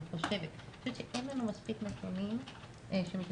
אני חושבת שאין לנו מספיק נתונים שמתייחסים